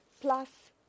Plus